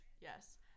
Yes